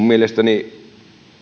mielestäni